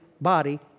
body